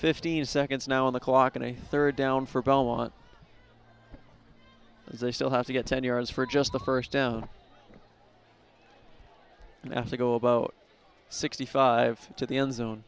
fifteen seconds now on the clock and a third down for ball on they still have to get ten yards for just the first down and as they go about sixty five to the end zone